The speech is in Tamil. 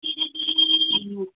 ம்